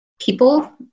people